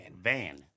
Van